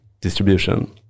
distribution